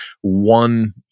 one